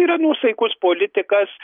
yra nuosaikus politikas